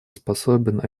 способен